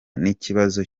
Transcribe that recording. n’ikibazo